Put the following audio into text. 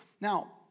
Now